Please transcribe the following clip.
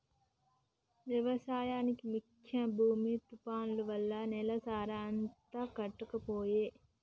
వ్యవసాయానికి ముఖ్యం భూమి తుఫాన్లు వల్ల నేల సారం అంత కొట్టుకపాయె